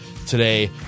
Today